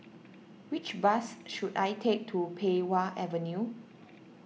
which bus should I take to Pei Wah Avenue